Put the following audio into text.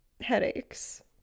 Headaches